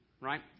right